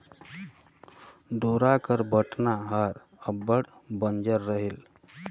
डोरा कर बटना हर अब्बड़ बंजर रहेल